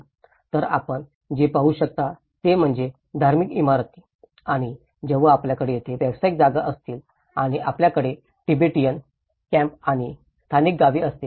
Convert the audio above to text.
तर आपण जे पाहू शकता ते म्हणजे धार्मिक इमारती आणि जेव्हा आपल्याकडे येथे व्यावसायिक जागा असतील आणि आपल्याकडे तिबेटियन कॅम्प आणि स्थानिक गावे असतील